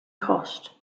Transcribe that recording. cost